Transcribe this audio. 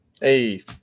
Hey